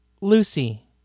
Lucy